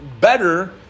better